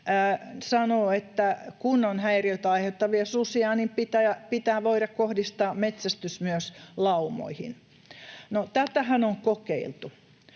sanoo, että kun on häiriötä aiheuttavia susia, niin pitää voida kohdistaa metsästys myös laumoihin. No tätähän on kokeiltu.